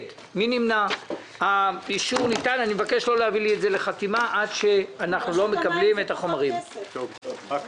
בהתאם לסעיף 10 לחוק החברות